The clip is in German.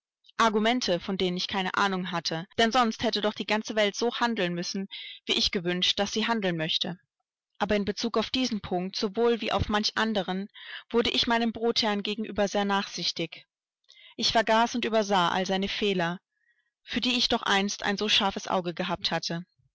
argumente von denen ich keine ahnung hatte denn sonst hätte doch die ganze welt so handeln müssen wie ich gewünscht daß sie handeln möchte aber in bezug auf diesen punkt sowohl wie auf manchen anderen wurde ich meinem brotherrn gegenüber sehr nachsichtig ich vergaß und übersah all seine fehler für die ich doch einst ein so scharfes auge gehabt hatte